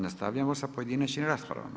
Nastavljamo sa pojedinačnim raspravama.